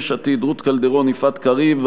יש עתיד: רות קלדרון ויפעת קריב.